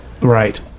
Right